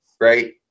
Right